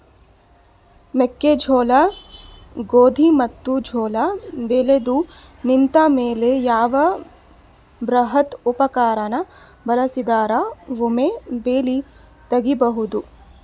ಮೆಕ್ಕೆಜೋಳ, ಗೋಧಿ ಮತ್ತು ಜೋಳ ಬೆಳೆದು ನಿಂತ ಮೇಲೆ ಯಾವ ಬೃಹತ್ ಉಪಕರಣ ಬಳಸಿದರ ವೊಮೆ ಬೆಳಿ ತಗಿಬಹುದು?